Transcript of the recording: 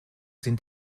sind